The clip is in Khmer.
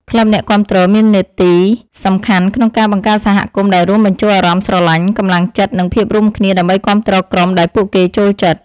ក្លឹបអ្នកគាំទ្រមាននាទីសំខាន់ក្នុងការបង្កើតសហគមន៍ដែលរួមបញ្ចូលអារម្មណ៍ស្រឡាញ់ កំលាំងចិត្ត និងភាពរួមគ្នា ដើម្បីគាំទ្រក្រុមដែលពួកគេចូលចិត្ត។